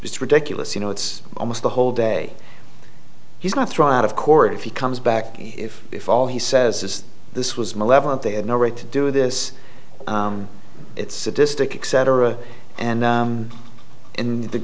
it's ridiculous you know it's almost the whole day he's not thrown out of court if he comes back if all he says is this was malevolent they had no right to do this it's sadistic cetera and in th